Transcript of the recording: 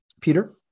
Peter